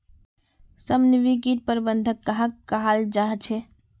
समन्वित किट प्रबंधन कहाक कहाल जाहा झे?